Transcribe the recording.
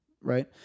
Right